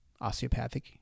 osteopathic